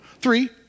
Three